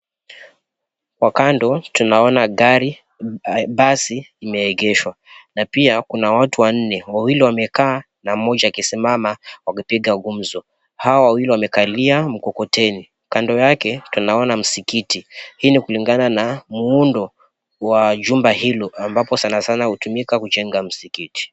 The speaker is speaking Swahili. Kwa kando tunaona, gari, basi limeegeshwa na pia kuna watu wanne. Wawili wamekaa na mmoja akisimama wakipiga gumzo, hao wawili wamekalia mkokoteni. Kando yake tunaona msikiti. Hii ni kulingana na muundo wa jumba hilo ambapo sana sana hutumika kujenga msikiti.